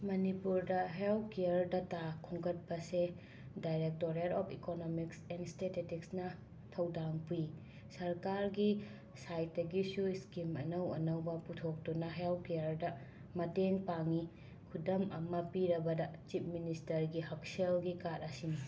ꯃꯅꯤꯄꯨꯔꯗ health care ꯗꯇꯥ ꯈꯣꯝꯒꯠꯄꯁꯦ ꯗꯥꯏꯔꯦꯛꯇꯣꯔꯦꯠ ꯑꯣꯞ ꯏꯀꯣꯅꯣꯃꯤꯛꯁ ꯑꯦꯟ ꯁ꯭ꯇꯦꯇꯦꯇꯤꯛꯁꯅ ꯊꯧꯗꯥꯡ ꯄꯨꯏ ꯁꯔꯀꯥꯔꯒꯤ ꯁꯥꯏꯠꯇꯒꯤꯁꯨ ꯁ꯭ꯀꯤꯝ ꯑꯅꯧ ꯑꯅꯧꯕ ꯄꯨꯊꯣꯛꯇꯨꯅ ꯍꯦꯜ ꯀ꯭ꯌꯦꯔꯗ ꯃꯇꯦꯡ ꯄꯥꯡꯉꯤ ꯈꯨꯗꯝ ꯑꯃ ꯄꯤꯔꯕꯗ ꯆꯤꯞ ꯃꯤꯅꯤꯁꯇꯔꯒꯤ ꯍꯛꯁꯦꯜꯒꯤ ꯀꯥꯔꯠ ꯑꯁꯤꯅꯤ